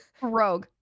rogue